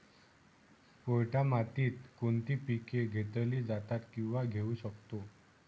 पोयटा मातीत कोणती पिके घेतली जातात, किंवा घेऊ शकतो?